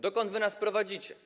Dokąd wy nas prowadzicie?